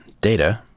data